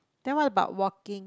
then what about walking